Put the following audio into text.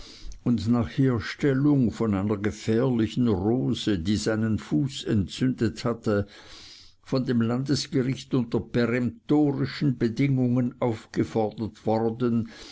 und nach herstellung von einer gefährlichen rose die seinen fuß entzündet hatte von dem landesgericht unter peremtorischen bedingungen aufgefordert worden